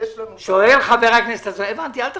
שיש לנו --- הבנתי, אל תחזור.